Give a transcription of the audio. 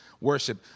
worship